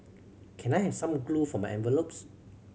can I have some glue for my envelopes